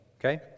Okay